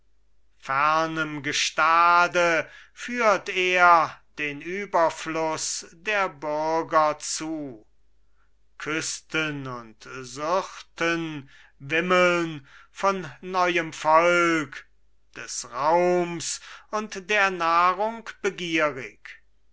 fernem gestade führt er den überfluß der bürger zu küsten und syrten wimmeln von neuem volk des raums und der nahrung begierig